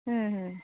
हूं हूं